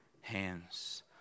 hands